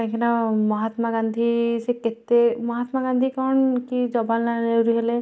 କାହିଁକି ନା ମହାତ୍ମା ଗାନ୍ଧୀ ସେ କେତେ ମହାତ୍ମା ଗାନ୍ଧୀ କ'ଣ କି ଜବାହାରଲାଲ୍ ନେହେରୁ ହେଲେ